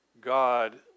God